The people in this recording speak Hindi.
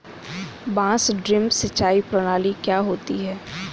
बांस ड्रिप सिंचाई प्रणाली क्या होती है?